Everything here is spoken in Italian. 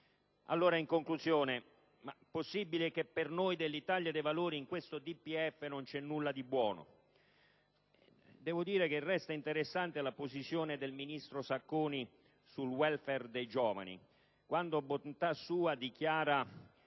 giro. In conclusione, è mai possibile che per noi dell'Italia dei Valori in questo DPEF non ci sia nulla di buono? Devo ammettere che resta interessante la posizione del ministro Sacconi sul *welfare* dei giovani, quando - bontà sua - dichiara